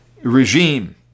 regime